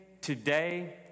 today